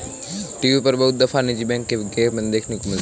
TV पर बहुत दफा निजी बैंक के विज्ञापन देखने को मिलते हैं